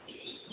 ह